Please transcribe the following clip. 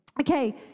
Okay